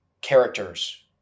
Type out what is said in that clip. characters